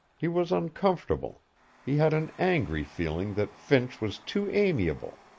he was uncomfortable he had an angry feeling that finch was too amiable.